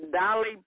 Dolly